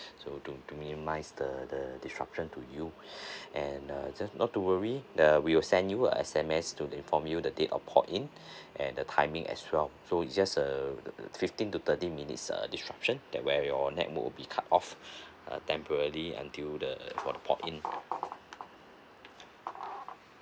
so to to minimise the the the disruption to you and uh just not to worry uh we will send you S_M_S to inform you that date of port in and the timing as well so it's just uh fifteen to thirty minutes err disruption that where your network will be cut off uh temporarily until the for the port in